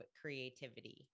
creativity